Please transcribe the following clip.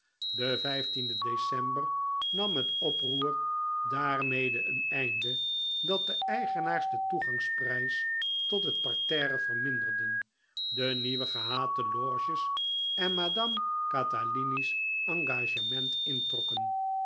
de de december nam het oproer daarmede een einde dat de eigenaars den toegangsprijs tot het parterre verminderden de nieuwe gehate loges en madame